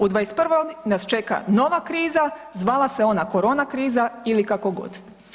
U '21. nas čeka nova kriza zvala se ona korona kriza ili kako god.